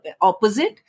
opposite